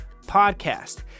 podcast